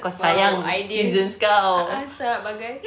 !wow! ideas naik asap bagai